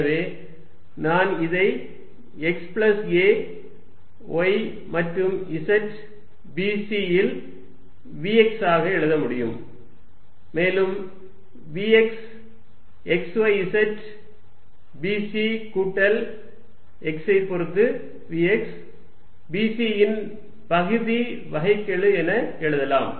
எனவே நான் இதை x பிளஸ் a y மற்றும் z b c இல் vx ஆக எழுத முடியும் மேலும் vx x y z b c கூட்டல் x ஐப் பொறுத்து vx b c இன் பகுதி வகைக்கெழு என எழுதலாம்